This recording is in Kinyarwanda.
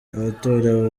abatora